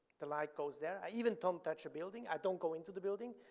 the light goes there. i even don't touch a building, i don't go into the building,